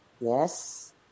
Yes